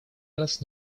раз